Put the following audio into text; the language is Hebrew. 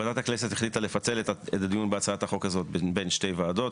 ועדת הכנסת החליטה לפצל את הדיון בהצעת החוק הזה בין שתי ועדות.